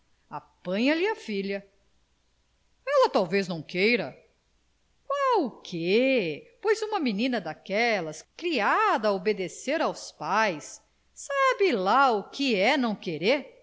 levá-lo apanha lhe a filha ela talvez não queira qual o quê pois uma menina daquelas criada a obedecer aos pais sabe lá o que é não querer